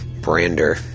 Brander